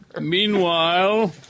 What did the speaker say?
Meanwhile